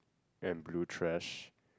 and blue thrash